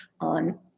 on